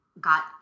got